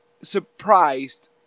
surprised